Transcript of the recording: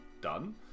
done